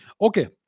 Okay